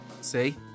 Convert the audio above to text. See